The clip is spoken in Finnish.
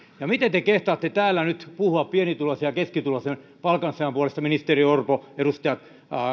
miten te kehtaatte täällä nyt puhua pienituloisen ja keskituloisen palkansaajan puolesta ministeri orpo edustaja